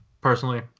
Personally